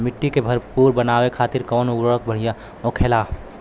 मिट्टी के भूरभूरा बनावे खातिर कवन उर्वरक भड़िया होखेला?